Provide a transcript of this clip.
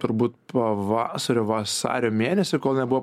turbūt pavasario vasario mėnesį kol nebuvo